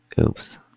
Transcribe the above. oops